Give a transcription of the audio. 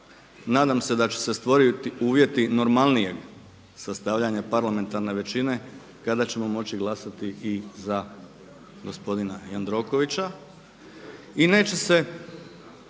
Nadam se da će se stvoriti uvjeti normalnijeg sastavljanja parlamentarne većine kada ćemo moći glasati i za gospodina Jandrokovića.